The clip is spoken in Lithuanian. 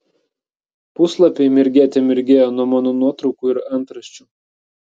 puslapiai mirgėte mirgėjo nuo mano nuotraukų ir antraščių